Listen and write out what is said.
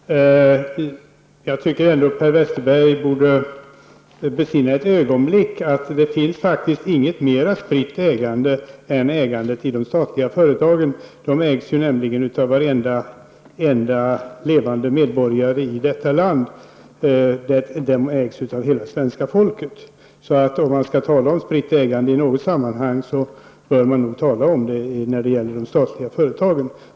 Herr talman! Jag tycker att Per Westerberg borde besinna ett ögonblick att det inte finns något mer spritt ägande än ägandet i de statliga företagen. De ägs nämligen av varenda levande medborgare i detta land -- de ägs av hela svenska folket. Om man i något sammanhang skall tala om spritt ägande, bör man nog göra det när det gäller de statliga företagen.